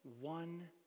one